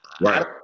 Right